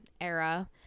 era